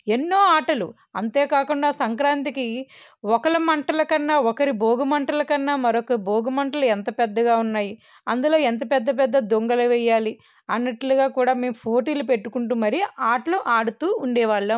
ఎన్నో ఆటలు అంతేకాకుండా సంక్రాంతికి ఒకలి మంటలకన్నా ఒకరి భోగి మంటలకన్నా మరొక భోగి మంటలు ఎంత పెద్దగా ఉంది అందులో ఎంత పెద్ద దొంగలు వేయాలి అన్నట్లుగా కూడా మేము ఫోటోలు పెట్టుకుంటూ మరి ఆటలాడుకుంటూ ఉండేవాళ్ళం